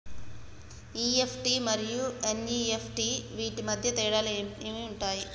EFT మరియు NEFT వీటి మధ్య తేడాలు ఏమి ఉంటాయి?